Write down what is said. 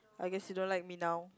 I guess he don't like me now